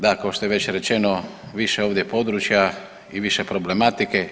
Da kao što je već rečeno više ovdje područja i više problematike.